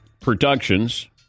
Productions